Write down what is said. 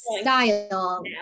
style